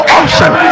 option